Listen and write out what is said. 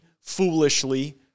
foolishly